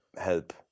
help